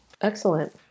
Excellent